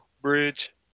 bridge